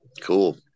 Cool